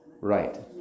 Right